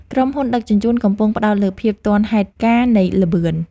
ក្រុមហ៊ុនដឹកជញ្ជូនកំពុងផ្តោតលើភាពទាន់ហេតុការណ៍និងល្បឿន។